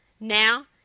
Now